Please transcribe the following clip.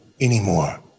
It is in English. anymore